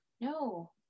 no